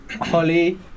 Holly